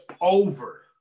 over